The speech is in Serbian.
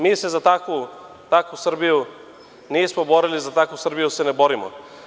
Mi se za takvu Srbiju nismo borili, za takvu Srbiju se ne borimo.